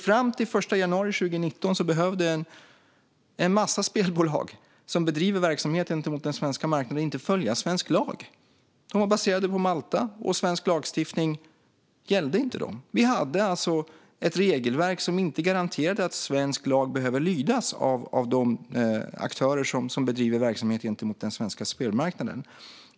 Fram till den 1 januari 2019 behövde en massa spelbolag som bedriver verksamhet gentemot den svenska marknaden inte följa svensk lag - de var baserade på Malta, och svensk lagstiftning gällde inte dem. Vi hade alltså ett regelverk som inte garanterade att svensk lag behövde lydas av de aktörer som bedrev verksamhet gentemot den svenska spelmarknaden.